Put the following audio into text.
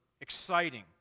exciting